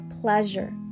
pleasure